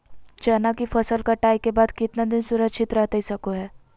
चना की फसल कटाई के बाद कितना दिन सुरक्षित रहतई सको हय?